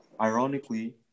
ironically